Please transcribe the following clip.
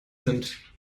sind